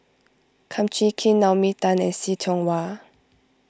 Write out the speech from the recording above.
Kum Chee Kin Naomi Tan and See Tiong Wah